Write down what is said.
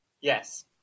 Yes